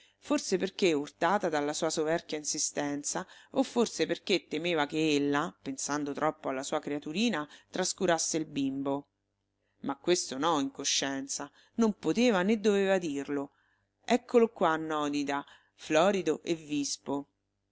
forse perché urtata della sua soverchia insistenza o forse perché temeva che ella pensando troppo alla sua creaturina trascurasse il bimbo ma questo no in coscienza non poteva né doveva dirlo eccolo qua nònida florido e vispo